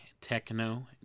techno